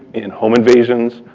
in home invasions,